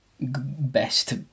best